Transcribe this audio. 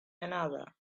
another